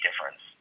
difference